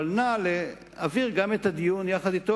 אבל נא להעביר גם את הדיון יחד אתו.